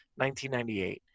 1998